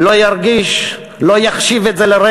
לא ירגיש, לא יחשיב את זה לרגע,